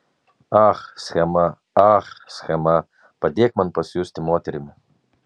ach schema ach schema padėk man pasijusti moterimi